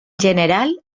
general